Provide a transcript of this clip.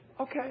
Okay